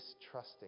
distrusting